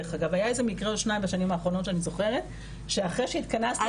דרך-אגב היה איזה מקרה או שניים שאני זוכרת שאחרי שהתכנסנו.